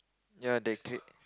ya they crate